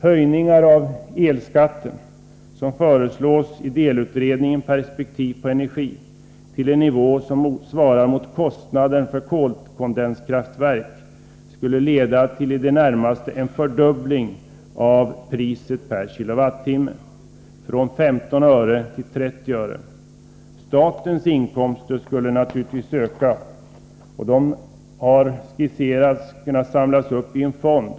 Höjningar av elskatten, som föreslås i delutredningen Perspektiv på energi, till en nivå som svarar mot kostnaden för kolkondenskraftverk skulle leda till i det närmaste en fördubbling av priset per kWh — från 15 öre till 30 öre. Statens inkomster skulle naturligtvis öka. Man har skisserat att de skulle kunna samlas upp i en fond.